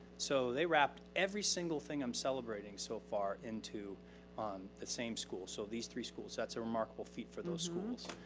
so they wrapped every single thing i'm celebrating so far into the same school. so these three schools. that's a remarkable feat for those schools.